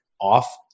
off